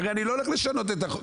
הרי אני לא הולך לשנות את החוק.